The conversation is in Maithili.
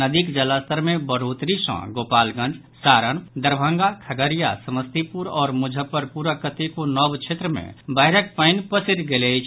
नदीक जलस्तर मे बढ़ोतरी सँ गोपालगंज सारण दरभंगा खगड़िया समस्तीपुर आओर मुजफ्फरपुरक कतेको नव क्षेत्र मे बाढ़ि पानि पसरि गेल अछि